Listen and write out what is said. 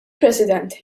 president